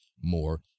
more